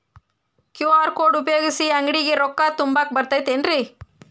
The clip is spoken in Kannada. ಕ್ಯೂ.ಆರ್ ಕೋಡ್ ಉಪಯೋಗಿಸಿ, ಅಂಗಡಿಗೆ ರೊಕ್ಕಾ ತುಂಬಾಕ್ ಬರತೈತೇನ್ರೇ?